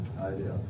idea